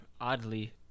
Oddly